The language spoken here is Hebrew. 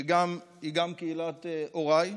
שהיא גם קהילת הוריי.